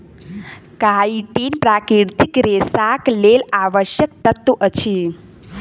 chitin प्राकृतिक रेशाक लेल आवश्यक तत्व अछि